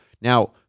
Now